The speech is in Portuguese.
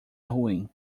ruim